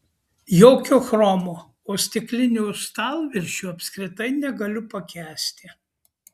jokio chromo o stiklinių stalviršių apskritai negaliu pakęsti